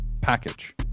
package